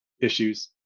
Issues